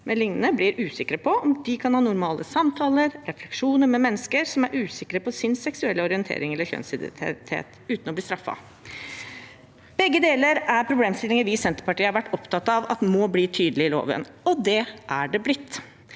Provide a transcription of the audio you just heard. blir usikre på om de kan ha normale samtaler og refleksjoner med mennesker som er usikre på sin seksuelle orientering eller kjønnsidentitet, uten å bli straffet. Begge deler er problemstillinger vi i Senterpartiet har vært opptatt av at må bli tydelige i loven, og det er de blitt.